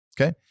Okay